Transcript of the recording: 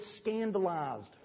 scandalized